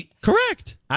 Correct